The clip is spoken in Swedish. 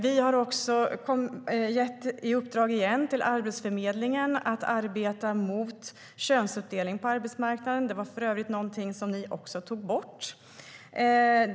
Vi har också gett Arbetsförmedlingen i uppdrag att arbeta mot könsuppdelning på arbetsmarknaden. Det var för övrigt något som ni tog bort.